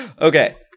Okay